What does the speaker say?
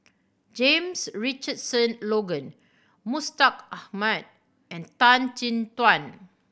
James Richardson Logan Mustaq Ahmad and Tan Chin Tuan